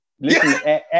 Listen